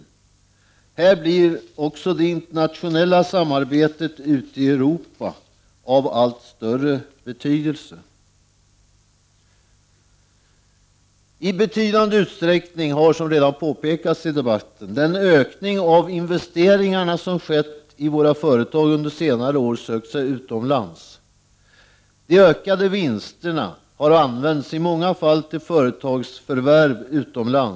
I detta sammanhang blir också det internationella samarbetet ute i Europa av allt större betydelse. I betydande utsträckning har, som redan påpekats i debatten, den ökning som ägt rum av våra företags investeringar under senare år skett utomlands. De ökade vinsterna har i många fall använts till företagsförvärv utomlands.